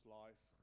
life